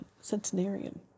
centenarian